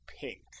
pink